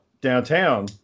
downtown